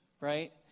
right